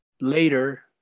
later